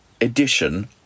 edition